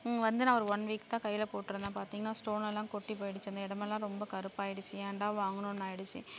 வந்து நான் ஒரு ஒன் வீக் தான் கையில் போட்டிருந்தேன் பார்த்தீங்கன்னா ஸ்டோன் எல்லாம் கொட்டி போயிடுச்சு அந்த இடமெல்லாம் ரொம்ப கருப்பாக ஆயிடுச்சு ஏன்டா வாங்கி னோம்னு ஆகிடுச்சி